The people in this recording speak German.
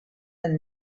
und